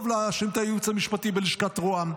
להאשים את הייעוץ המשפטי בלשכת ראש הממשלה.